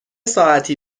ساعتی